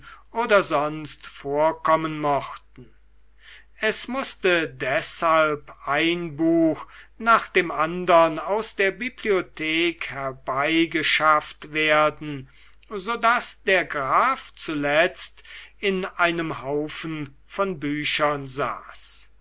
oder sonst vorkommen mochten es mußte deshalb ein buch nach dem andern aus der bibliothek herbeigeschafft werden so daß der graf zuletzt in einem haufen von büchern saß